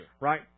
right